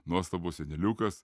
nuostabus seneliukas